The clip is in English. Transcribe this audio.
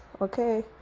okay